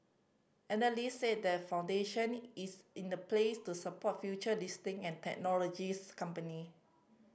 analyst said the foundation is in a place to support future listing and technologies companies